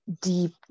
deep